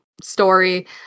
story